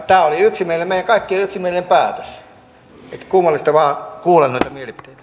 tämä oli meidän kaikkien yksimielinen päätös niin että kummallista vain kuulla noita